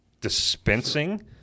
dispensing